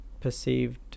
perceived